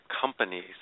companies